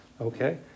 okay